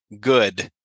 Good